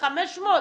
500?